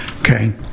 Okay